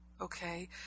okay